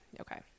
okay